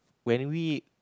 when we